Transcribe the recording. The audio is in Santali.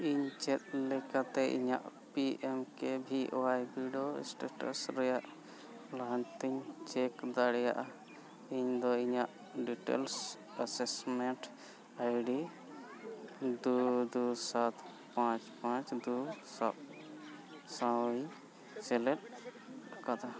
ᱤᱧ ᱪᱮᱫ ᱞᱮᱠᱟᱛᱮ ᱤᱧᱟᱹᱜ ᱯᱤ ᱮᱢ ᱠᱮ ᱵᱷᱤ ᱚᱣᱟᱭ ᱵᱤᱰᱟᱹᱣ ᱥᱴᱮᱴᱟᱥ ᱨᱮᱱᱟᱜ ᱞᱟᱦᱟᱱᱛᱤᱧ ᱪᱮᱠ ᱫᱟᱲᱮᱭᱟᱜᱼᱟ ᱤᱧᱫᱚ ᱰᱤᱴᱮᱞᱥ ᱮᱥᱮᱥᱢᱮᱱᱴ ᱟᱭᱰᱤ ᱫᱩ ᱫᱩ ᱥᱟᱛ ᱯᱟᱸᱪ ᱯᱟᱸᱪ ᱫᱩ ᱥᱟᱶ ᱥᱟᱶᱤᱧ ᱥᱮᱞᱮᱫ ᱟᱠᱟᱫᱟ